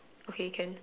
okay can